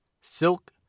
silk